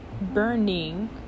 burning